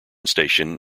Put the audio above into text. station